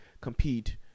compete